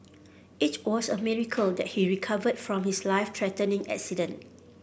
it was a miracle that he recovered from his life threatening accident